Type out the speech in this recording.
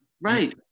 right